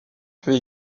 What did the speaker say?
peut